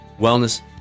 Wellness